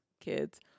kids